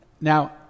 Now